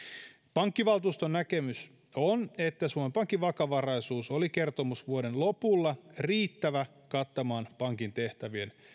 pankkivaltuuston näkemys on että suomen pankin vakavaraisuus oli kertomusvuoden lopulla riittävä kattamaan pankin tehtävien